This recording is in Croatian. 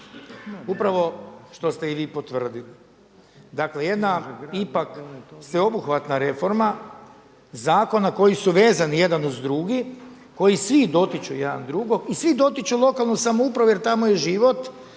upravo što ste i vi potvrdili dakle jedna ipak sveobuhvatna reforma zakona koji su vezani jedan uz drugi, koji svi dotiču jedan drugog i svi dotiču lokalnu samoupravu jer tamo je život,